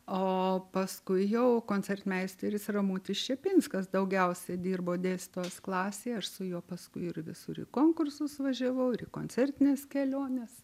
o paskui jau koncertmeisteris ramutis čepinskas daugiausiai dirbo dėstytojos klasėj aš su juo paskui ir visur į konkursus važiavau ir į koncertines keliones